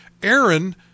Aaron